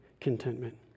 contentment